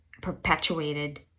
perpetuated